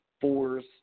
fours